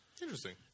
interesting